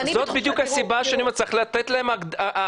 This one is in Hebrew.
זו בדיוק הסיבה שאני אומר שצריך לתת הגבלה,